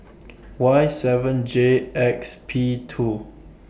Y seven J X P two